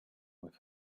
with